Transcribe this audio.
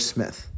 Smith